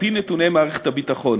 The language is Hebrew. על-פי נתוני מערכת הביטחון,